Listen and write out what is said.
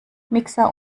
mixer